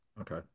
Okay